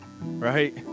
right